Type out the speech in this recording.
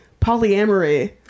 polyamory